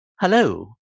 Hello